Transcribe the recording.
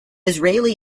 israeli